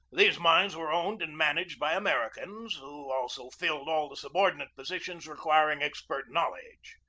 these mines were owned and managed by americans, who also filled all the subordinate positions requiring expert knowledge.